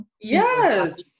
Yes